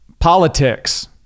Politics